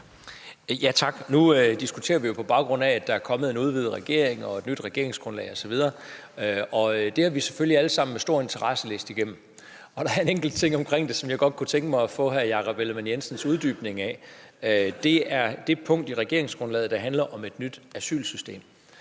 diskuterer vi jo, på baggrund af at der er kommet en udvidet regering og et nyt regeringsgrundlag osv., og vi har selvfølgelig alle sammen læst regeringsgrundlaget igennem med stor interesse, og der er en enkelt ting i det, som jeg godt kunne tænke mig at få hr. Jakob Ellemann-Jensens uddybning af, og det er det punkt, der handler om et nyt asylsystem.